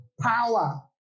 power